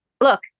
look